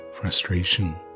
frustration